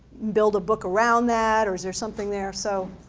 build a book around that or is there something there. so